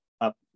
up